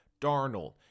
Darnold